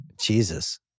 Jesus